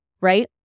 right